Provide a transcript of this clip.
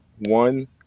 one